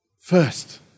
first